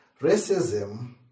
Racism